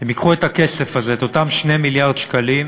הם ייקחו את הכסף הזה, את אותם 2 מיליארד שקלים,